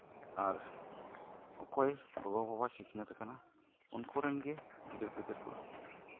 ᱟᱨ ᱚᱠᱚᱭ ᱜᱚᱜᱚ ᱵᱟᱵᱟ ᱥᱤᱠᱷᱱᱟᱹᱛ ᱟᱠᱟᱱᱟ ᱩᱱᱠᱩ ᱨᱮᱱ ᱜᱮ ᱜᱤᱫᱟᱹᱨ ᱯᱤᱫᱟᱹᱨ ᱠᱚ